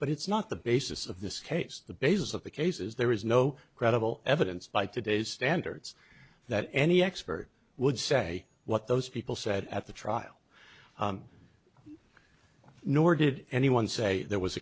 but it's not the basis of this case the basis of the case is there is no credible evidence by today's standards that any expert would say what those people said at the trial nor did anyone say there was